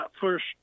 first